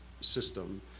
system